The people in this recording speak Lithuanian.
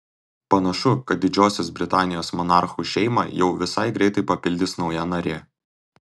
panašu kad didžiosios britanijos monarchų šeimą jau visai greitai papildys nauja narė